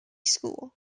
school